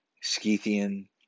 Scythian